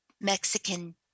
Mexican